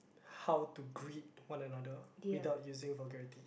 how to greet one another without using vulgarity